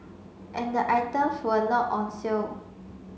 and the items were not on sale